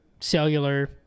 cellular